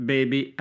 Baby